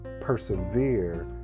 persevere